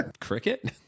Cricket